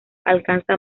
alcanza